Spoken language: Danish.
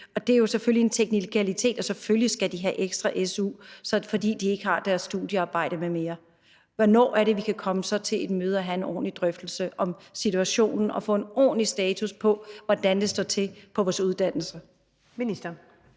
Det er jo en teknikalitet, selvfølgelig skal de have ekstra su, fordi de ikke har deres studiearbejde m.m. Hvornår er det, vi kan komme til et møde og få en ordentlig drøftelse om situationen og få en ordentlig status på, hvordan det står til på vores uddannelser?